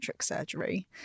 surgery